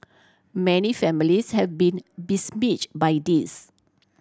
many families have been besmirch by this